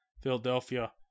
Philadelphia